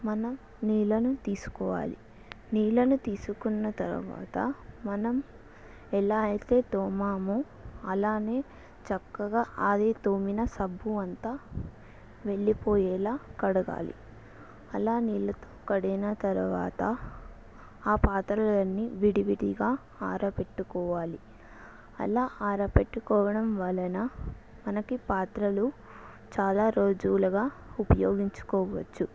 మనం నీళ్ళను తీసుకోవాలి నీళ్ళను తీసుకున్న తర్వాత మనం ఎలా అయితే తోమామో అలానే చక్కగా అది తోమిన సబ్బు అంతా వెళ్ళిపోయేలా కడగాలి అలా నీళ్ళతో కడిగిన తర్వాత ఆ పాత్రలన్నీ విడివిడిగా ఆరబెట్టుకోవాలి అలా ఆరబెట్టుకోవడం వలన మనకి పాత్రలు చాలా రోజులుగా ఉపయోగించుకోవచ్చు